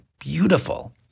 Beautiful